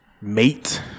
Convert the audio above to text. mate